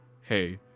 hey